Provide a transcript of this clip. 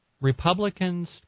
republicans